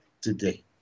today